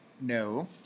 No